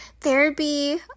Therapy